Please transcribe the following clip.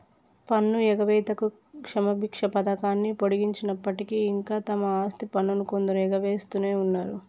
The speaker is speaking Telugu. పన్ను ఎగవేతకి క్షమబిచ్చ పథకాన్ని పొడిగించినప్పటికీ ఇంకా తమ ఆస్తి పన్నును కొందరు ఎగవేస్తునే ఉన్నరు